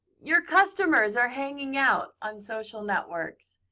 your customers are hanging out on social networks.